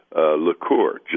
liqueur